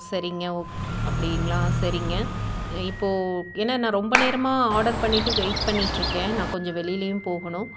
சரிங்க ஓ அப்படிங்களா சரிங்க இப்போது ஏன்னா நான் ரொம்ப நேரமாக ஆர்டர் பண்ணிட்டு வெயிட் பண்ணிகிட்ருக்கேன் நான் கொஞ்சம் வெளியிலயும் போகணும்